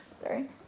Sorry